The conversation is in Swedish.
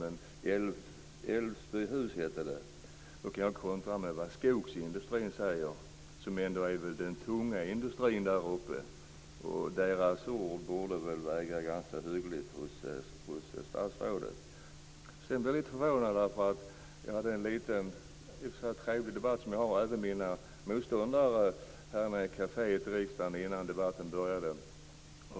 Men jag kan kontra med vad skogsindustrin säger, som väl ändå är den tunga industrin där uppe. Deras ord borde väl väga ganska tungt hos statsrådet. Sedan blir jag lite förvånad. Jag hade en liten trevlig debatt med en av mina motståndare här nere i kaféet i riksdagen innan debatten började här.